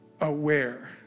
aware